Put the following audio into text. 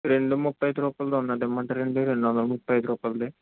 రెండు ముప్పై ఐదు రూపాయలు ఉందండి ఇమ్మంటారా అడి రెండు వందల ముప్పై ఐదు రూపాయలది